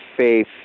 faith